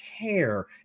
care